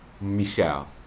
Michelle